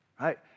right